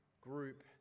group